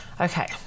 Okay